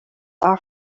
are